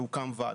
והוקם ועד.